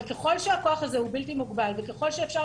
אבל אם הכוח הזה בלתי מוגבל ואם שאפשר